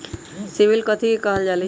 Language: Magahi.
सिबिल कथि के काहल जा लई?